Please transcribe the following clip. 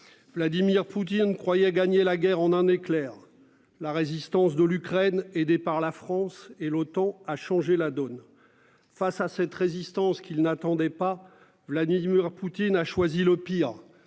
Vladimir Poutine croyait gagner la guerre. En un éclair, la résistance de l'Ukraine et des par la France et l'OTAN a changé la donne. Face à cette résistance qu'il n'attendait pas. Vladimir Poutine a choisi le pire